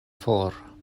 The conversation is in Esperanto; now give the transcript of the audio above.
for